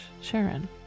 Sharon